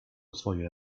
swoje